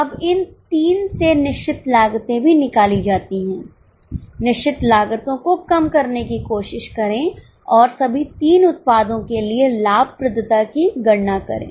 अब इन 3 से निश्चित लागते भी निकाली जाती हैं निश्चित लागतो को कम करने की कोशिश करें और सभी तीन उत्पादों के लिए लाभप्रदता की गणना करें